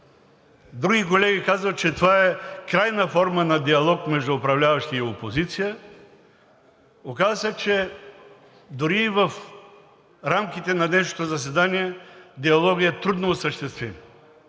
Други колеги казват, че това е крайна форма на диалог между управляващи и опозиция. Оказа се, че дори в рамките на днешното заседание диалогът е трудно осъществим,